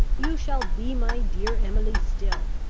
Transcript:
you shall be my dear emily still!